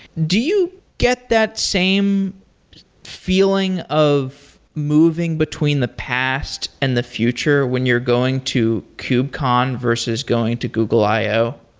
do you get that same feeling of moving between the past and the future when you're going to kubecon versus going to google i o?